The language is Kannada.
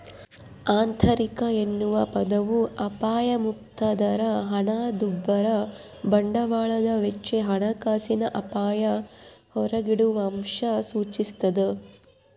ಆಂತರಿಕ ಎನ್ನುವ ಪದವು ಅಪಾಯಮುಕ್ತ ದರ ಹಣದುಬ್ಬರ ಬಂಡವಾಳದ ವೆಚ್ಚ ಹಣಕಾಸಿನ ಅಪಾಯ ಹೊರಗಿಡುವಅಂಶ ಸೂಚಿಸ್ತಾದ